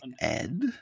Ed